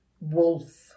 Wolf